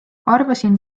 arvasin